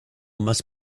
must